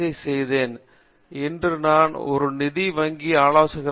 ஐ செய்தேன் இன்று நான் ஒரு நிதி வங்கிக்காக ஆலோசனை செய்கிறேன்